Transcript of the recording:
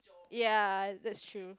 ya that's true